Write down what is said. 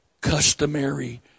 customary